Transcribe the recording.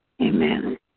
Amen